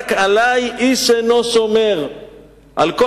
רק עלי איש אינו שומר".